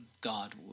God